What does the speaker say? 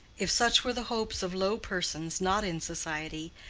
if such were the hopes of low persons not in society,